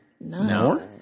No